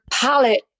palette